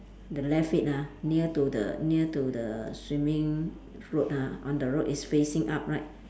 the left feet ah near to the near to the swimming float ah on the road is facing up right